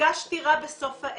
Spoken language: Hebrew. הרגשתי רע בסוף הערב.